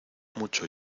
mucho